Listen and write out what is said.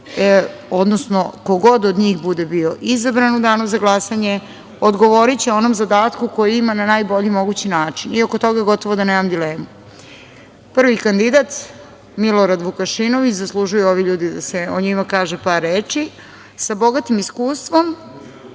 odnosno ko god od njih bude bio izabran u danu za glasanje odgovoriće onom zadatku koji ima na najbolji mogući način i oko toga gotovo da nemam dilemu. Prvi kandidat Milorad Vukašinović, zaslužuju ovi ljudi da se o njima kaže par reči, sa bogatim iskustvom,